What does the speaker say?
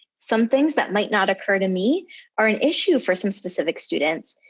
some things that might not occur to me are an issue for some specific students.